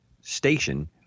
station